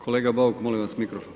Kolega Bauk molim vas mikrofon.